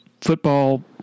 football